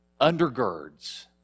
undergirds